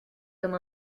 comme